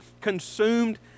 consumed